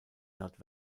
not